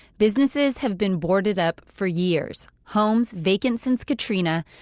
businesses have been boarded up for years, homes vacant since katrina,